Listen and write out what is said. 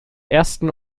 ersten